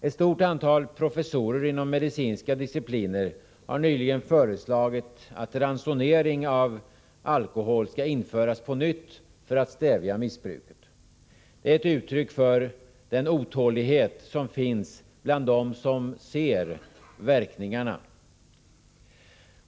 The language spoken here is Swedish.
Ett stort antal professorer inom medicinska discipliner har nyligen föreslagit att ransonering av alkohol skall införas på nytt för att stävja missbruket. Det är ett uttryck för otåligheten bland dem som ser verkningarna.